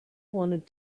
wanted